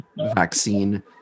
vaccine